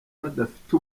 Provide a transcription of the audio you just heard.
badafite